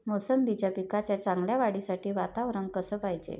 मोसंबीच्या पिकाच्या चांगल्या वाढीसाठी वातावरन कस पायजे?